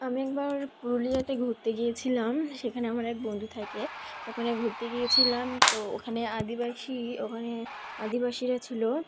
আমি একবার পুরুলিয়াতে ঘুরতে গিয়েছিলাম সেখানে আমার এক বন্ধু থাকে ওখানে ঘুরতে গিয়েছিলাম তো ওখানে আদিবাসী ওখানে আদিবাসীরা ছিল